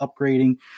upgrading